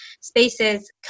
spaces